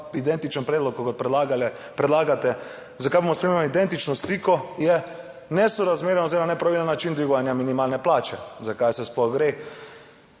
identičen predlog kot predlagate zakaj bomo sprejemali identično sliko, je nesorazmeren oziroma nepravilen način dvigovanja minimalne plače. Za kaj se sploh